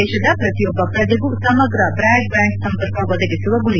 ದೇಶದ ಪ್ರತಿಯೊಬ್ಬ ಪ್ರಜೆಗೂ ಸಮಗ್ರ ಬ್ರಾಡ್ಬ್ಯಾಂಡ್ ಸಂಪರ್ಕ ಒದಗಿಸುವ ಗುರಿ